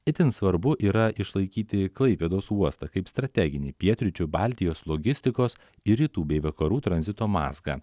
itin svarbu yra išlaikyti klaipėdos uostą kaip strateginį pietryčių baltijos logistikos ir rytų bei vakarų tranzito mazgą